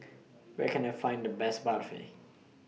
Where Can I Find The Best Barfi